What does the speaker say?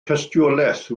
tystiolaeth